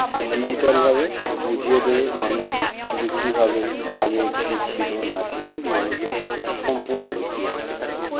ডিজিটালভাবে বুঝিয়ে দেবে মানুষকে যে কীভাবে আগে কি ছিলো না ছিলো মানুষের সম্পূর্ণ ইতিহাস